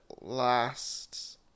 last